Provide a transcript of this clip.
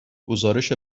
گزارش